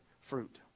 fruit